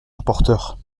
rapporteur